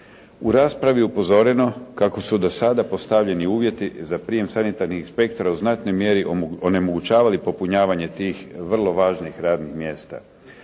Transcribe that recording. U raspravi je upozoreno kako su do sada postavljeni uvjeti za prijem sanitarnih inspektora u znatnoj mjeri omogućavali popunjavanje tih vrlo važnih radnih mjesta.